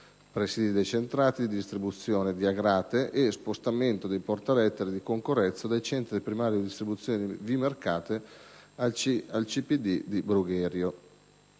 presidi decentrati di distribuzione di Agrate e spostamento dei portalettere di Concorrezzo dal centro primario di distribuzione di Vimercate al centro primario